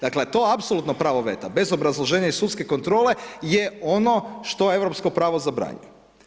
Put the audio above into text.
Dakle, to apsolutno pravo veta, bez obrazloženja i sudske kontrole je ono što europsko pravo zabranjuje.